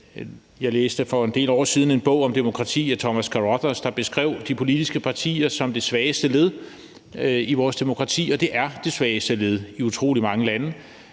Jeg læste for en del år siden en bog om demokrati af Thomas Carothers, der beskrev de politiske partier som det svageste led i vores demokrati, og det er det svageste led i utrolig mange lande